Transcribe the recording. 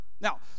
Now